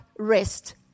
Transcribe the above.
Rest